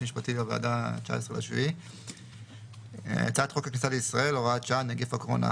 משטפי לוועדה 19.7". חוק הכניסה לישראל (הוראת שעה